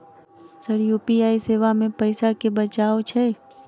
Sir UPI सेवा मे पैसा केँ बचाब छैय?